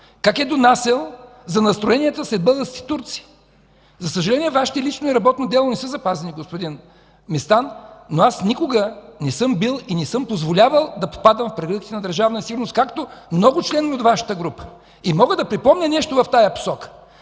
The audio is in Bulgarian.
как е донасял за настроенията сред българските турци. За съжаление, Вашето лично и работно дело не са запазени, господин Местан, но аз никога не съм бил и не съм позволявал да попадам в прегръдките на Държавна сигурност, както много членове от Вашата група. И мога да припомня нещо в тази посока.